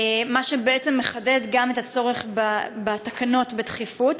מה שמחדד את הצורך בתקנות בדחיפות.